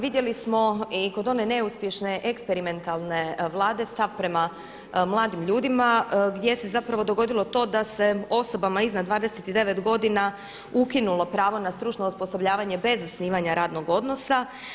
Vidjeli smo i kod one neuspješne eksperimentalne Vlade stav prema mladim ljudima gdje se zapravo dogodilo to da se osobama iznad 29 godina ukinulo pravo na stručno osposobljavanje bez zasnivanja radnog odnosa.